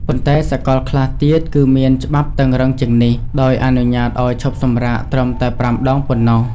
ប៉ុន្តែ សកលខ្លះទៀតគឺមានច្បាប់តឹងរឹងជាងនេះ ដោយអនុញ្ញាតអោយឈប់សម្រាកត្រឹមតែ ៥ ដង ប៉ុណ្ណោះ។